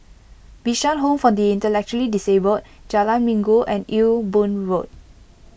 Bishan Home for the Intellectually Disabled Jalan Minggu and Ewe Boon Road